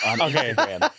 Okay